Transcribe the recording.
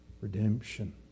redemption